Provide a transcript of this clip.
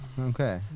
Okay